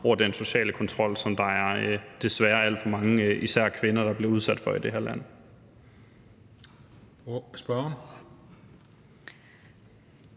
over den sociale kontrol, som der desværre er alt for mange, især kvinder, der bliver udsat for i det her land. Kl.